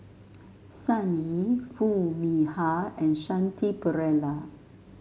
Sun Yee Foo Mee Har and Shanti Pereira